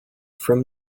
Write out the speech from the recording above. for